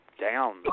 down